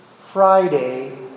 Friday